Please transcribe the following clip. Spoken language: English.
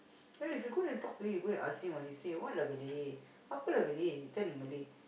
then if you go and talk to him you go and ask him ah he say what lah Belly apa lah Belly he talk in Malay